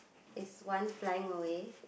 is one flying away